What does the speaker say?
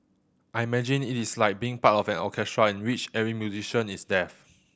I imagine it is like being part of an orchestra which every musician is deaf